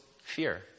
fear